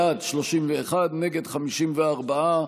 בעד, 31, נגד, 54,